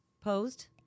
Posed